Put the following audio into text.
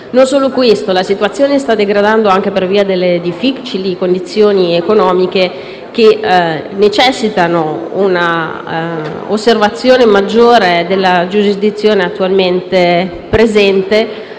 Non solo questo, la situazione sta infatti degradando anche per via delle difficili condizioni economiche che rendono necessaria una osservazione maggiore della giurisdizione attualmente presente